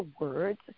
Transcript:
words